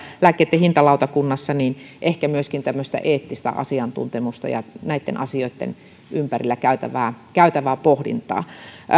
lääkkeitten hintalautakunnassa niin ehkä myöskin tämmöistä eettistä asiantuntemusta ja näitten asioitten ympärillä käytävää käytävää pohdintaa